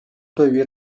对于